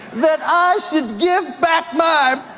that i should give back my